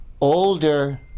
older